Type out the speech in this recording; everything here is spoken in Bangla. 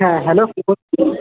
হ্যাঁ হ্যালো কে বলছেন